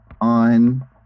on